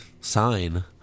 sign